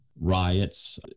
riots